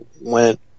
went